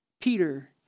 Peter